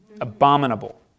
Abominable